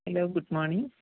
hello good morning